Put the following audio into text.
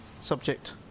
Subject